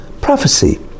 Prophecy